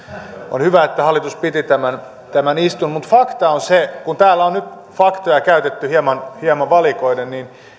on hyvä että hallitus piti tämän tämän istunnon mutta fakta on se täällähän on nyt faktoja käytetty hieman hieman valikoiden että